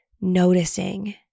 noticing